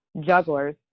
jugglers